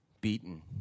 beaten